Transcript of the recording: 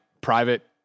private